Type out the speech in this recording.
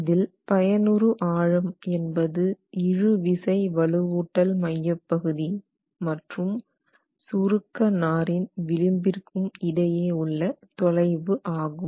இதில் பயனுறு ஆழம் என்பது இழு விசை வலுவூட்டல் மையப்பகுதி மற்றும் சுருக்க நாரின் விளிம்பிற்கும் இடையே உள்ள தொலைவு ஆகும்